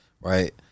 right